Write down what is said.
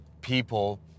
people